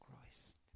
Christ